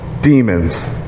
demons